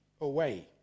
away